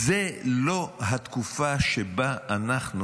זו לא התקופה שבה אנחנו